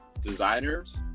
designers